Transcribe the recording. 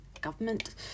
government